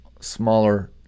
smaller